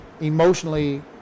emotionally